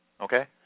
okay